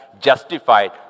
justified